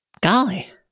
Golly